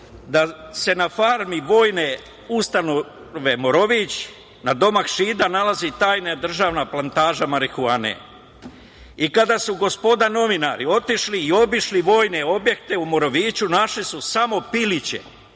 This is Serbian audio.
da se na farmi vojne ustanove Morović, na domak Šida, nalazi tajna državna plantaža marihuane. Kada su gospoda novinari otišli i obišli vojne objekte u Moroviću našli su samo piliće,